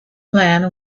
plan